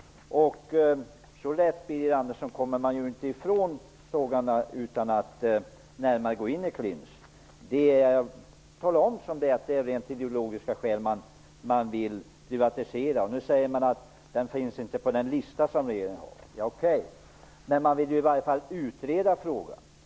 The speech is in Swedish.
Så lätt är det inte att man kan komma ifrån den saken utan att gå i clinch, Birger Andersson. Tala om som det är -- att det är av rent ideologiska skäl som man vill privatisera! Birger Andersson säger att SBAB inte finns på den lista som regeringen har gjort upp. Nej, men man vill i varje fall utreda frågan.